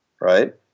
right